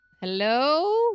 Hello